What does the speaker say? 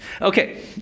Okay